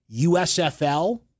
USFL